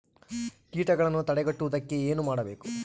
ಕೇಟಗಳನ್ನು ತಡೆಗಟ್ಟುವುದಕ್ಕೆ ಏನು ಮಾಡಬೇಕು?